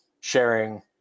sharing